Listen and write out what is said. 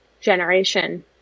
generation